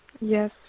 Yes